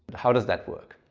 how does that work?